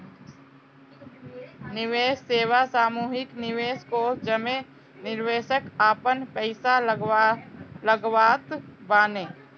निवेश सेवा सामूहिक निवेश कोष जेमे निवेशक आपन पईसा लगावत बाने